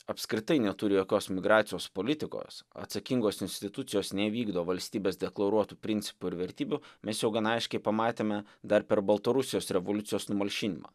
apskritai neturi jokios migracijos politikos atsakingos institucijos nevykdo valstybės deklaruotų principų ir vertybių mes jau gana aiškiai pamatėme dar per baltarusijos revoliucijos numalšinimą